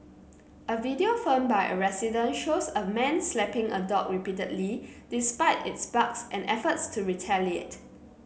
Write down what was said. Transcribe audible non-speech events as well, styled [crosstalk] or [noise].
[noise] a video filmed by a resident shows a man slapping a dog repeatedly despite its barks and efforts to retaliate